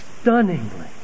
stunningly